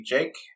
Jake